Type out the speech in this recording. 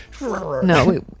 No